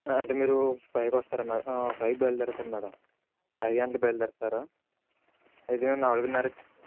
అంటే మీరు ఫైవ్కి వస్తారా మే ఫైవ్కి బయల్దేరుతారా మేడం ఐదు గంటలకి బయల్దేరుతారా ఐదు కానీ నాలుగున్నరకి